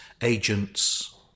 agents